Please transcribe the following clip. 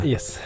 Yes